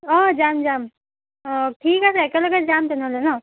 অঁ যাম যাম অঁ ঠিক আছে একেলগে যাম তেনেহ'লে ন'